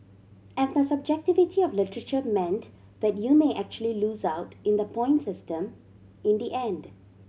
and the subjectivity of literature meant that you may actually lose out in the point system in the end